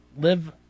live